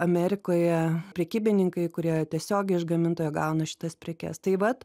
amerikoje prekybininkai kurie tiesiogiai iš gamintojo gauna šitas prekes tai vat